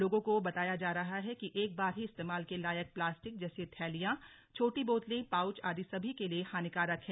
लोगों को बताया जा रहा है कि एक बार ही इस्तेमाल के लायक प्लास्टिक जैसे थैलियां छोटी बोतलें पाउच आदि सभी के लिए हानिकारक है